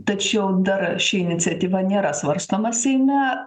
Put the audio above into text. tačiau dar ši iniciatyva nėra svarstoma seime